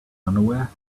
underwear